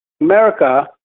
america